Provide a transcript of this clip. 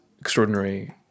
extraordinary